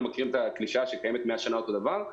מכירים את הקלישאה שקיימת 100 שנה אותו דבר.